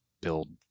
build